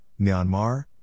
Myanmar